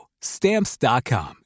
Stamps.com